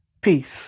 Peace